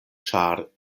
ĉar